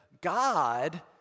God